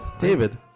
David